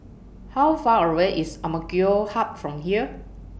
How Far away IS Hub from here